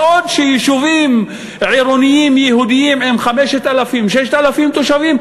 ואילו יישוביים עירוניים יהודיים עם 5,000 6,000 תושבים,